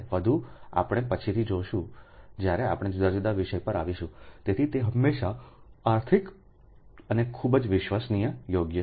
વધુ આપણે પછીથી જોશું જ્યારે આપણે જુદા જુદા વિષય પર આવીશું તેથી તે હંમેશાં આર્થિક અને ખૂબ જ વિશ્વસનીય યોગ્ય છે